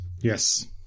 yes